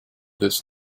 this